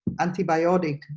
antibiotic